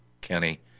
Kenny